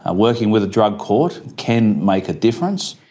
ah working with a drug court, can make a difference.